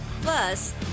Plus